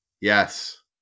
Yes